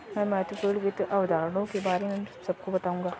मैं महत्वपूर्ण वित्त अवधारणाओं के बारे में सबको बताऊंगा